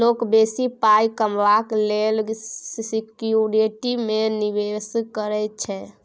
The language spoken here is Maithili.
लोक बेसी पाइ कमेबाक लेल सिक्युरिटी मे निबेश करै छै